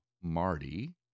Marty